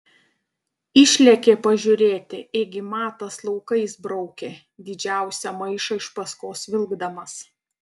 išlėkė pažiūrėti ėgi matas laukais braukė didžiausią maišą iš paskos vilkdamas